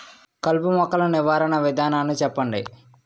కలుపు మొక్కలు నివారణ విధానాన్ని చెప్పండి?